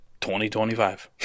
2025